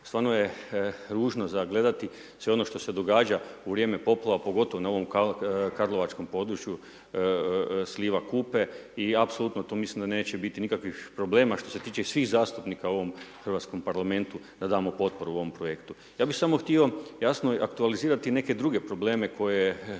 Stvarno je ružno za gledati sve ono što se događa u vrijeme poplava, pogotovo na ovom karlovačkom području sliva Kupe i apsolutno tu mislim da tu neće biti nikakvih problema što se tiče svih zastupnika u ovom Hrvatskom parlamentu da damo potporu ovom projektu. Ja bih samo htio, jasno je, aktualizirati neke druge probleme koje